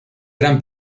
gran